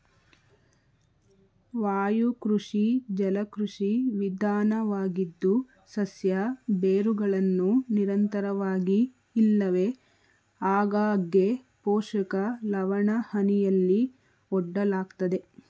ವಾಯುಕೃಷಿ ಜಲಕೃಷಿ ವಿಧಾನವಾಗಿದ್ದು ಸಸ್ಯ ಬೇರುಗಳನ್ನು ನಿರಂತರವಾಗಿ ಇಲ್ಲವೆ ಆಗಾಗ್ಗೆ ಪೋಷಕ ಲವಣಹನಿಯಲ್ಲಿ ಒಡ್ಡಲಾಗ್ತದೆ